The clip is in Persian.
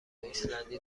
ایسلندی